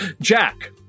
Jack